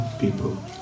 people